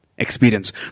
Experience